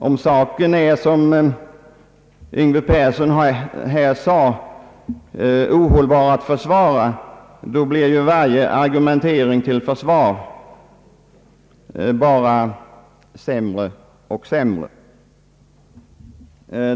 Om saken — som herr Yngve Persson sade — är omöjlig att försvara, gör ju varje argumentering saken bara sämre och sämre.